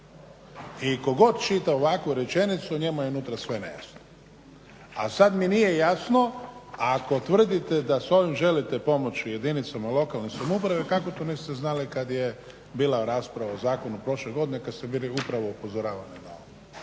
I tko god čita ovakvu rečenicu njemu je unutra sve nejasno. A sad mi nije jasno ako tvrdite da s ovim želite pomoći jedinicama lokalne samouprave kako to niste znali kad je bila rasprava o zakonu prošle godine kad ste bili upravo upozoravani na ovo.